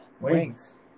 Wings